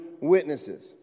witnesses